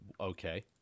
Okay